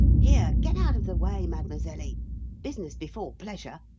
here! get out of the way, madmazelly. business before pleasure.